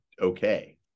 okay